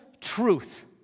truth